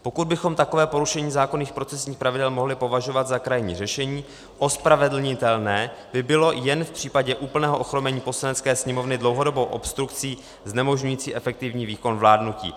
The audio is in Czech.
Pokud bychom takové porušení zákonných procesních pravidel mohli považovat za krajní řešení, ospravedlnitelné by bylo jen v případě úplného ochromení Poslanecké sněmovny dlouhodobou obstrukcí znemožňující efektivní výkon vládnutí.